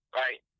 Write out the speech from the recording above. right